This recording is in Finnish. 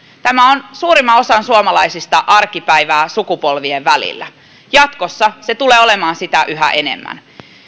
tämä on suurimman osan suomalaisista arkipäivää sukupolvien välillä jatkossa se tulee olemaan sitä yhä enemmän